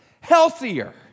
healthier